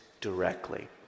directly